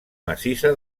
massissa